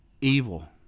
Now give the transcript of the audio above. evil